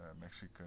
Mexican